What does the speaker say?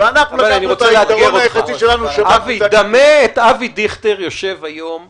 ואנחנו --- דמה את אבי דיכטר יושב היום בקבינט,